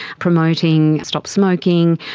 promoting stop smoking,